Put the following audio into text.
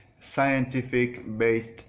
scientific-based